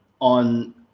on